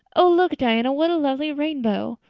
oh, look, diana, what a lovely rainbow!